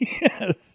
Yes